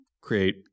create